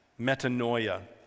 metanoia